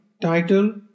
title